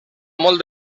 molt